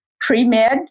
pre-med